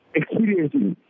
experiencing